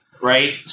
right